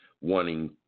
wanting